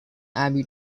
abbey